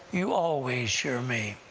you always hear me.